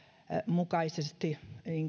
mukaisesti